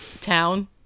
town